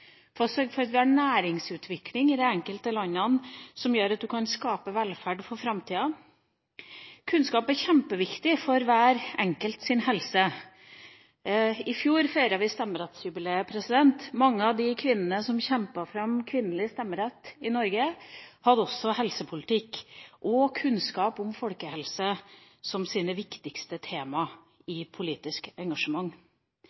næringsutvikling i de enkelte landene, som gjør at man kan skape velferd for framtida. Kunnskap er kjempeviktig for helsa til hver enkelt. I fjor feiret vi stemmerettsjubileet. Mange av de kvinnene som kjempet fram kvinnelig stemmerett i Norge, hadde også helsepolitikk og kunnskap om folkehelse som sine viktigste